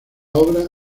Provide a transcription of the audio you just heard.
obra